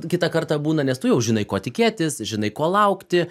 kitą kartą būna nes tu jau žinai ko tikėtis žinai ko laukti